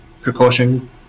precaution